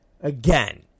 again